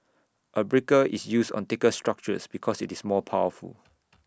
A breaker is used on thicker structures because IT is more powerful